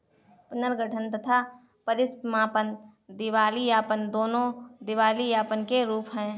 पुनर्गठन तथा परीसमापन दिवालियापन, दोनों दिवालियापन के रूप हैं